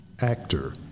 actor